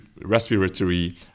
respiratory